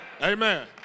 Amen